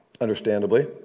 understandably